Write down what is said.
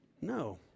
No